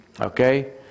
Okay